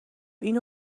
اینو